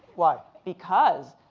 why? because.